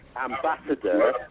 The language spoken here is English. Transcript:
ambassador